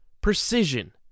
precision